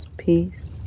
peace